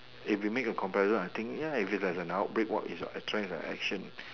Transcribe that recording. if we make a comparison I think ya if there's an outbreak what is your choice of action